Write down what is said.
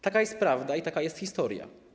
Taka jest prawda i taka jest historia.